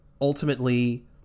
Ultimately